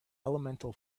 elemental